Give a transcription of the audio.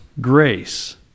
grace